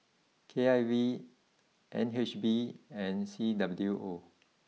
K I V N H B and C W O